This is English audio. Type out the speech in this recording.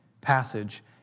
passage